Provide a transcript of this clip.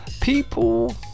People